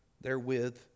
therewith